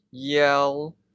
yell